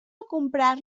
comprar